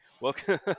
Welcome